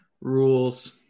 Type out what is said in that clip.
Rules